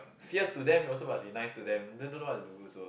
fierce to them you also must be nice to them then don't know what to do also